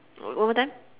o~ one more time